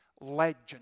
legend